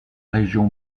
région